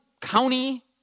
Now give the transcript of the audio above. county